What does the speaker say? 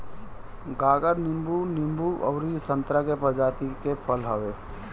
गागर नींबू, नींबू अउरी संतरा के प्रजाति के फल हवे